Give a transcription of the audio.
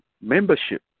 membership